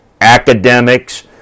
academics